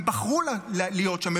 הם בחרו להיות שם,